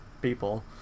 people